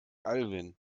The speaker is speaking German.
alwin